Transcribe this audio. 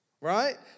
right